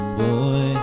boy